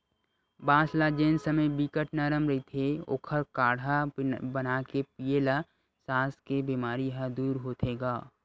बांस ल जेन समे बिकट नरम रहिथे ओखर काड़हा बनाके पीए ल सास के बेमारी ह दूर होथे गा